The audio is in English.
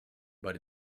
but